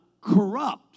corrupt